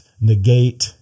negate